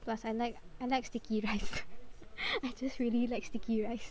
plus I like I like sticky rice I just really like sticky rice